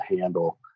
handle